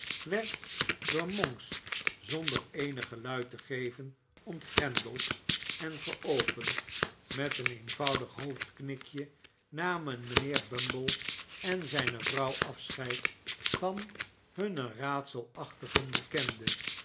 werd door mon s zonder eenig geluid te geven ontgrendeld en geopend met een eenvoudig hoo dk i e namen mijnheer eu nb e en zijne vrouw afscheid van hun raadselachtigen bekende